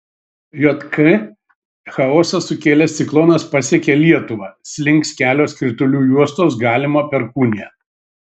jk chaosą sukėlęs ciklonas pasiekė lietuvą slinks kelios kritulių juostos galima perkūnija